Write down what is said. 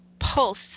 pulse